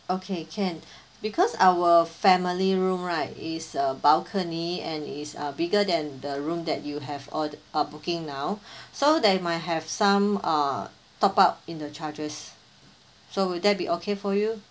okay can because our family room right is a balcony and is uh bigger than the room that you have or~ uh booking now so there might have some uh top up in the charges so will that be okay for you